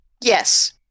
Yes